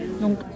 donc